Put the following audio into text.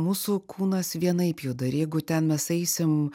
mūsų kūnas vienaip juda ir jeigu ten mes eisim